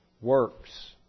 works